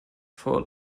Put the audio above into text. for